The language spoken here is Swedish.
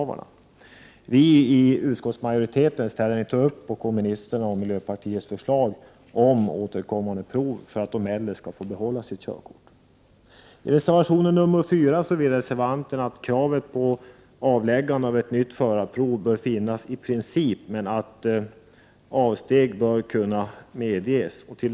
Vi i utskottsmajoriteten ställer inte upp på kommunisternas och miljöpartiets förslag om återkommande prov för de äldre för att dessa skall få behålla sina körkort. I reservation 4 framförs uppfattningen att det i princip skall krävas avläggande av nytt förarprov men att avsteg från en sådan regel bör kunna medges.